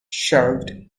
shelved